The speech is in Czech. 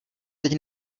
teď